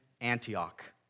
Antioch